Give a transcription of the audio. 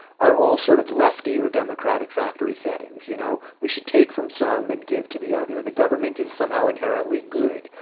are all sort of lefty or democratic factory settings. you know we should take from some and give to the other. the government is somehow inherently good,